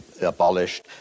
abolished